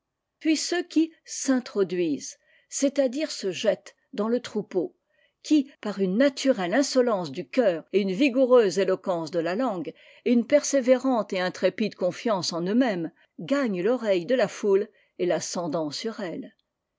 puis ceux qui s'introduisent c'est-à-dire se jettent dans le troupeau qui par une naturelle insolence du cœur et une vigoureuse éloquencede la langue et une persévérante et intrépide confiance en eux-mêmes gagnent l'oreille de la foule et l'ascendant sur elle